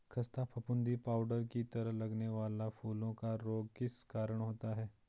खस्ता फफूंदी पाउडर की तरह लगने वाला फूलों का रोग किस कारण होता है?